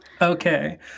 Okay